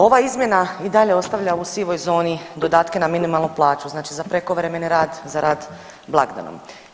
Ova izmjena i dalje ostavlja u sivoj zoni dodatke na minimalnu plaću, znači za prekovremeni rad, za rad blagdanom.